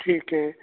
ਠੀਕ ਹੈ